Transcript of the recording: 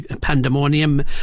pandemonium